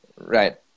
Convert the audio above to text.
Right